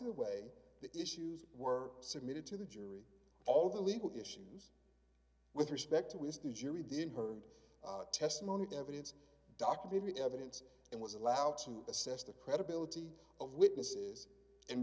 the way the issues were submitted to the jury all the legal issues with respect to is the jury didn't heard testimony evidence documentary evidence and was allowed to assess the credibility of witnesses and